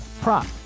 prop